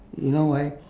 you know why